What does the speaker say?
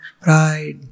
pride